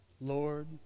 Lord